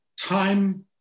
time